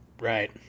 Right